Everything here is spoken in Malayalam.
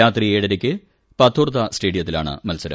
രാത്രി ഏഴരയ്ക്ക് പത്തോർഥാ സ്റ്റേഡിയത്തിലാണ് മൽസരം